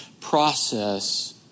process